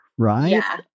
right